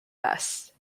best